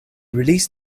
released